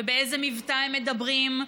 באיזה מבטא הם מדברים,